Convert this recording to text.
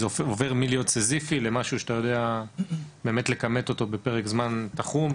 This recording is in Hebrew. עובר מלהיות סיזיפי למשהו שאתה יודע באמת לכמת אותו בפרק זמן תחום,